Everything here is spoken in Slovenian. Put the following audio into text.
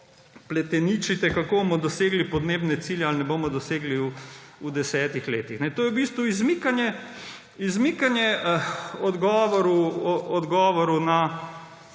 pleteničite, kako bomo dosegli podnebne cilje ali jih ne bomo dosegli v desetih letih. To je v bistvu izmikanje odgovoru na